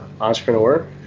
entrepreneur